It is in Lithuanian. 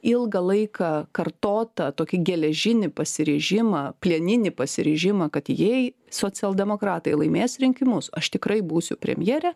ilgą laiką kartotą tokį geležinį pasiryžimą plieninį pasiryžimą kad jei socialdemokratai laimės rinkimus aš tikrai būsiu premjerė